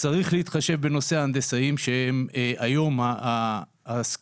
צריך להתחשב בנושא ההנדסאים שהם היום ההשכלה